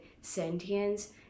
sentience